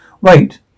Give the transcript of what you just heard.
Wait